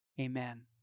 amen